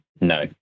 No